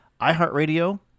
iHeartRadio